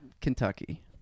Kentucky